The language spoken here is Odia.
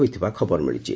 ହୋଇଥିବା ଖବର ମିଳିଛି